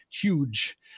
huge